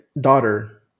daughter